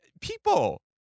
people